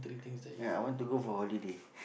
ya I want to go for holiday